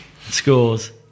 Scores